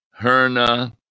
Herna